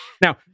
Now